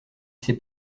s’est